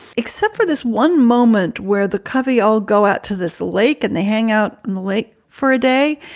except for this one moment where the kavi all go out to this lake and they hang out in the lake for a day.